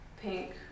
Pink